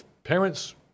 Parents